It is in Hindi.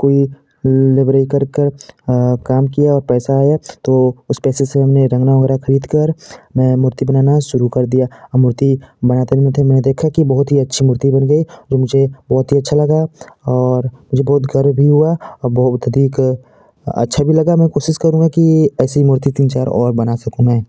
कोई लेबरी करकर काम किया और पैसा आया तो उस पैसे से हमने रंगना वगैरह खरीदकर मैं मूर्ति बनाने शुरु कर दिया और मूर्ति बनाते बनाते मैंने देखा कि बहुत ही अच्छी मूर्ति बन गई जो मुझे बहुत ही अच्छा लगा और मुझे बहुत गर्व भी हुआ और बहुत अधिक अच्छा भी लगा मैं कोशिश करूँगा कि ऐसी मूर्ति तीन चार और बना सकूँ मैं